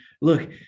look